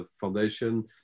foundation